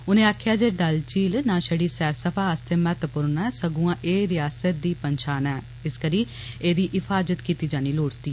उने आक्खेआ जे डल झील छड़ी सैरसफा आस्ते महत्वपूर्ण ऐ संगुआं ए रियासता दी पंछान ऐ इस करी एदी हिफाजत कीती जानी लोड़चदी